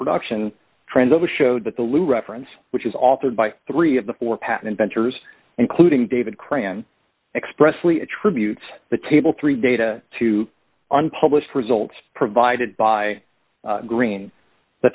production trends over showed that the loo reference which is authored by three of the four patent ventures including david cram expressly attributes the table three data to unpublished results provided by green the